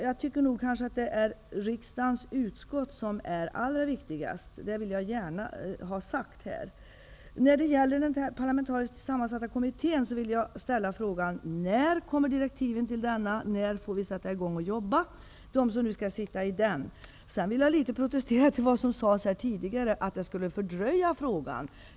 Jag tycker nog att det är riksdagens utskott som är allra viktigast. Det vill jag gärna ha sagt. Jag vill dock protestera litet mot vad som sades tidigare om att den kommittén skulle fördröja frågan.